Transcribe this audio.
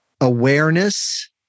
awareness